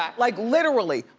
um like literally.